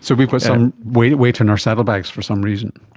so we've got some weight weight in our saddlebags for some reason.